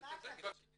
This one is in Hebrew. על כל המעקב שאתה